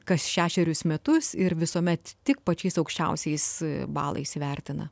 kas šešerius metus ir visuomet tik pačiais aukščiausiais balais įvertina